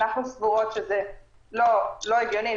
אנחנו סבורות שזה לא הגיוני,